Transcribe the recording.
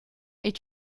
est